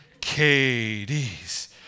KDs